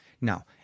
Now